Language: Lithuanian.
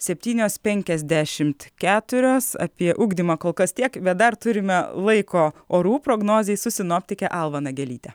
septynios penkiasdešimt keturios apie ugdymą kol kas tiek bet dar turime laiko orų prognozei sinoptikė alva nagelyte